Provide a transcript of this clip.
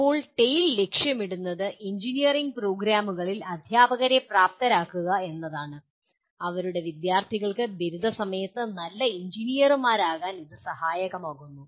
ഇപ്പോൾ ടെയിൽ ലക്ഷ്യമിടുന്നത് എഞ്ചിനീയറിംഗ് പ്രോഗ്രാമുകളിൽ അധ്യാപകരെ പ്രാപ്തരാക്കുക എന്നതാണ് അവരുടെ വിദ്യാർത്ഥികൾക്ക് ബിരുദ സമയത്ത് നല്ല എഞ്ചിനീയർമാരാകാൻ ഇത് സഹായകമാകുന്നു